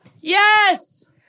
Yes